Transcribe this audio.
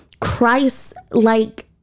christ-like